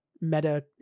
meta